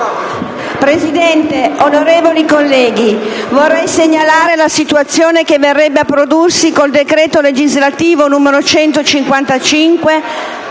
Presidente, onorevoli colleghi, vorrei segnalare la situazione che verrebbe a prodursi per effetto del decreto legislativo 7